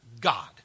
God